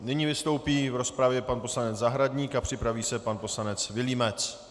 Nyní vystoupí v rozpravě pan poslanec Zahradník a připraví se pan poslanec Vilímec.